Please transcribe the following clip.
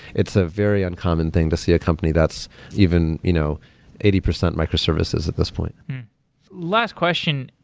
it's a very uncommon thing to see a company that's even you know eighty percent microservices at this point last question.